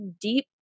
deep